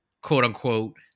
quote-unquote